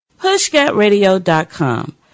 Pushcatradio.com